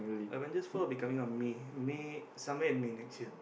Avengers four will be coming on May May somewhere in May next year